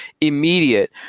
immediate